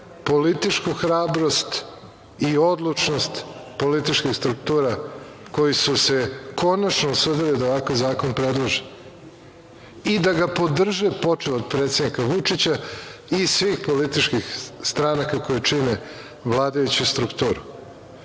političku hrabrost i odlučnost, političkih struktura, koji su se konačno usudili da ovakav zakon predlože i da ga podrže počev od predsednika Vučića, i svih političkih stranaka koji čine vladajuću strukturu. Ja